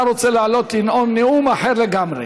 אתה רוצה לעלות לנאום נאום אחר לגמרי.